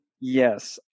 Yes